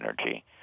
energy